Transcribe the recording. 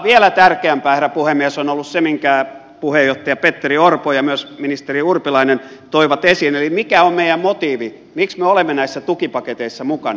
vielä tärkeämpää on ollut se minkä puheenjohtaja petteri orpo ja myös ministeri urpilainen toivat esiin eli mikä on meidän motiivimme miksi me olemme näissä tukipaketeissa mukana